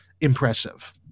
impressive